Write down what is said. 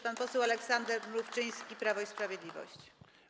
Pan poseł Aleksander Mrówczyński, Prawo i Sprawiedliwość.